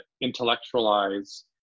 intellectualize